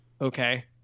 okay